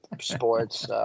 sports